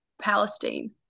Palestine